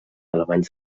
alemanys